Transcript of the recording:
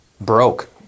broke